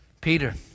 Peter